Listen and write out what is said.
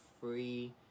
free